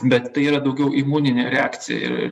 bet tai yra daugiau imuninė reakcija